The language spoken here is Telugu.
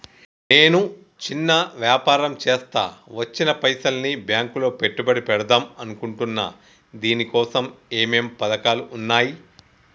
నేను చిన్న వ్యాపారం చేస్తా వచ్చిన పైసల్ని బ్యాంకులో పెట్టుబడి పెడదాం అనుకుంటున్నా దీనికోసం ఏమేం పథకాలు ఉన్నాయ్?